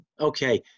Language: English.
Okay